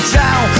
down